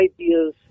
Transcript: ideas